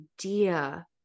idea